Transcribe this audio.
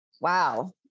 wow